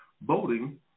voting